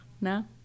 no